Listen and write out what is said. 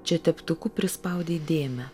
čia teptuku prispaudei dėmę